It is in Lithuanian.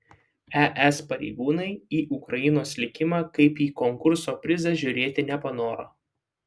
es pareigūnai į ukrainos likimą kaip į konkurso prizą žiūrėti nepanoro